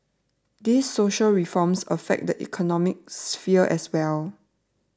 these social reforms affect the economic sphere as well